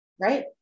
Right